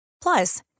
Plus